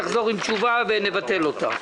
תחזרו עם תשובות ואז נבטל את הרוויזיה.